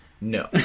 No